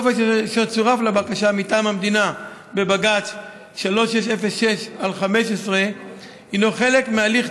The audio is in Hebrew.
הטופס אשר צורף לבקשה מטעם המדינה בבג"ץ 3606/15 הינו חלק מהליך